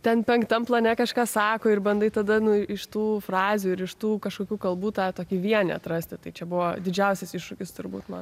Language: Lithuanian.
ten penktam plane kažką sako ir bandai tada nu iš tų frazių ir iš tų kažkokių kalbų tą tokį vienį atrasti tai čia buvo didžiausias iššūkis turbūt man